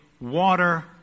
water